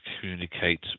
communicate